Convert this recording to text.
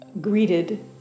greeted